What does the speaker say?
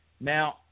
Now